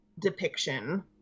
depiction